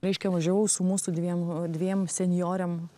reiškia važiavau su mūsų dviem dviem senjorėm